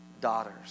daughters